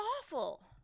awful